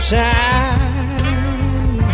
time